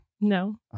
No